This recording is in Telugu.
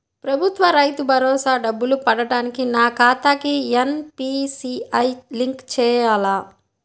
ప్రభుత్వ రైతు భరోసా డబ్బులు పడటానికి నా ఖాతాకి ఎన్.పీ.సి.ఐ లింక్ చేయాలా?